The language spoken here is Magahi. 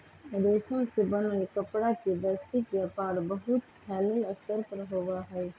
रेशम से बनल कपड़ा के वैश्विक व्यापार बहुत फैल्ल स्तर पर होबा हई